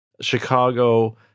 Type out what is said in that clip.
Chicago